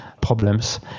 problems